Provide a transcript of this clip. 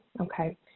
okay